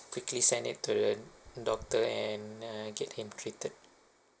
I quickly sent him to the doctor and uh get him treated